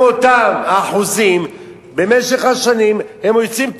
גם אותם אחוזים במשך השנים הם כן יוצאים לעבודה.